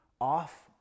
off